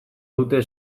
dute